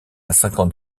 cinquante